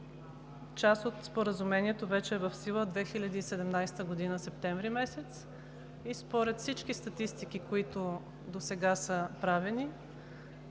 част от Споразумението вече е в сила 2017 г., септември месец, и според всички статистики, които досега са правени,